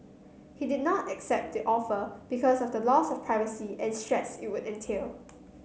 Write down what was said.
he did not accept the offer because of the loss of privacy and stress it would entail